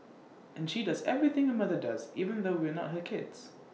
and she does everything A mother does even though we're not her kids